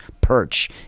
perch